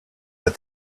the